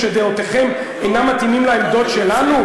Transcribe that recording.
שדעותיכם אינן מתאימות לעמדות שלנו?